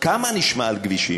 כמה נשמע על כבישים?